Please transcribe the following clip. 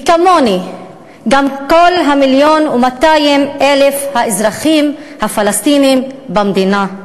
וכמוני גם כל מיליון ו-200,000 האזרחים הפלסטינים במדינה.